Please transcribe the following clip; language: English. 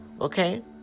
okay